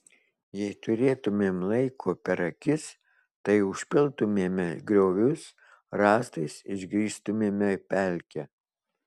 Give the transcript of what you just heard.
jei turėtumėm laiko per akis tai užpiltumėme griovius rąstais išgrįstumėme pelkę